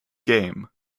game